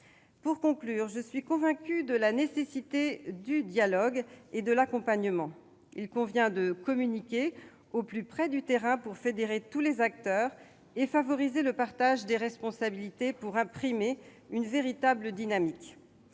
Pour conclure, je suis convaincue de la nécessité du dialogue et de l'accompagnement. Il convient de communiquer au plus près du terrain pour fédérer tous les acteurs et favoriser le partage des responsabilités afin d'imprimer une véritable dynamique.